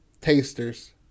tasters